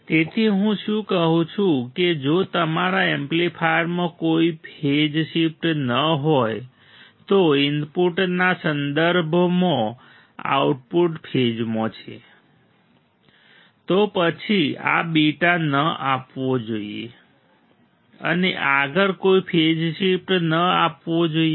તેથી હું શું કહું છું કે જો તમારા એમ્પ્લીફાયરમાં કોઈ ફેઝ શિફ્ટ ન હોય તો ઇનપુટના સંદર્ભમાં આઉટપુટ ફેઝમાં છે તો પછી આ બીટા ન આપવો જોઈએ અને આગળ કોઈ ફેઝ શિફ્ટ ન આપવો જોઈએ